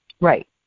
right